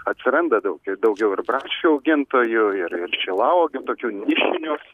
atsiranda daug ir daugiau ir braškių augintojų ir ir šilauogių tokių nišinių